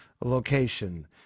location